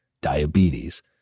Diabetes